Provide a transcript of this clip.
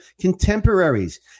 contemporaries